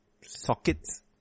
sockets